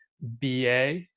ba